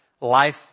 life